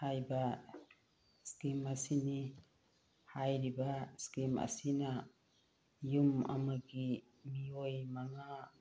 ꯍꯥꯏꯕ ꯁ꯭ꯀꯤꯝ ꯑꯁꯤꯅꯤ ꯍꯥꯏꯔꯤꯕ ꯁ꯭ꯀꯤꯝ ꯑꯁꯤꯅ ꯌꯨꯝ ꯑꯃꯒꯤ ꯃꯤꯑꯣꯏ ꯃꯉꯥ